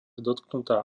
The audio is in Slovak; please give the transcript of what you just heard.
dotknutá